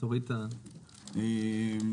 אני